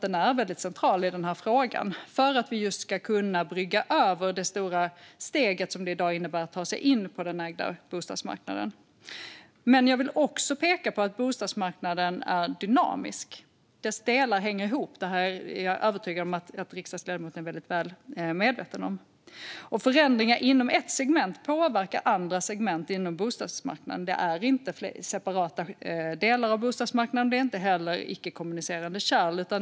Den är central i frågan, just för att vi ska kunna brygga över det stora steg som det i dag innebär att ta sig in på den ägda bostadsmarknaden. Men jag vill också peka på att bostadsmarknaden är dynamisk. Dess delar hänger ihop. Det är jag övertygad om att riksdagsledamoten är väl medveten om. Förändringar inom ett segment påverkar andra segment på bostadsmarknaden. De är inte separata delar av bostadsmarknaden. De är inte heller icke-kommunicerande kärl.